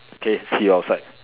okay see you outside